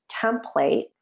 template